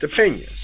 opinions